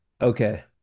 Okay